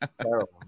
terrible